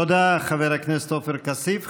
תודה, חבר הכנסת עופר כסיף.